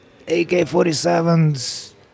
AK-47s